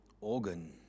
organ